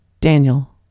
Daniel